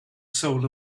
soul